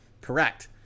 correct